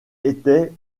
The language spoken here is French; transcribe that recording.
était